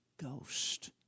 Ghost